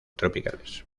tropicales